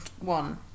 one